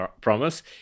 promise